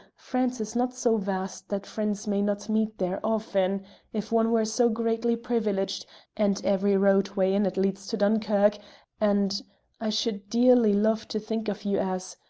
france is not so vast that friends may not meet there often if one were so greatly privileged and every roadway in it leads to dunkerque and i should dearly love to think of you as,